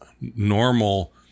normal